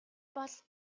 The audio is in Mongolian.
бол